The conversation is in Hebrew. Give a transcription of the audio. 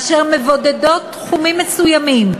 אשר מבודדות תחומים מסוימים,